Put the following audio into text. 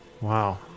Wow